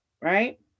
right